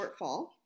shortfall